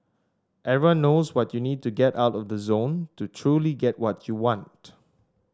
everybody knows what you need to get out of the zone to truly get what you want